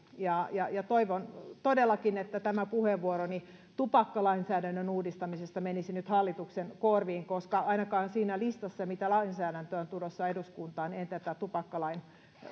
toivon todellakin että tämä puheenvuoroni tupakkalainsäädännön uudistamisesta menisi nyt hallituksen korviin koska ainakaan siinä listassa mitä lainsäädäntöä on tulossa eduskuntaan en tätä tupakkalain